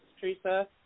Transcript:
Teresa